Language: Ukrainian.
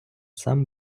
сам